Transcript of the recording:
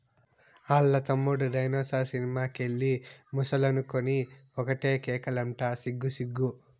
ఆల్ల తమ్ముడు డైనోసార్ సినిమా కెళ్ళి ముసలనుకొని ఒకటే కేకలంట సిగ్గు సిగ్గు